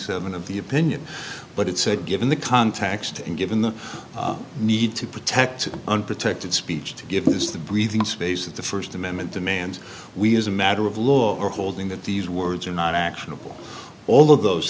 seven of the opinion but it said given the context and given the need to protect unprotected speech to give us the breathing space that the first amendment demands we as a matter of law are holding that these were you're not actionable all of those